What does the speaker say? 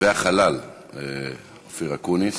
והחלל אופיר אקוניס.